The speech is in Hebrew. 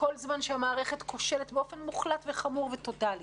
כל זמן שהמערכת כושלת באופן מוחלט, חמור וטוטאלי,